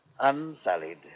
Unsullied